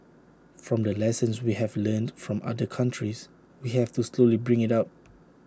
from the lessons we have learnt from other countries we have to slowly bring IT up